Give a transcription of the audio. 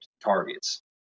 targets